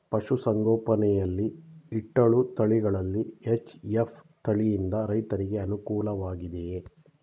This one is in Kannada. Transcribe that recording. ಪಶು ಸಂಗೋಪನೆ ಯಲ್ಲಿ ಇಟ್ಟಳು ತಳಿಗಳಲ್ಲಿ ಎಚ್.ಎಫ್ ತಳಿ ಯಿಂದ ರೈತರಿಗೆ ಅನುಕೂಲ ವಾಗಿದೆಯೇ?